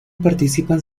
participan